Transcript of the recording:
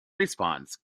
response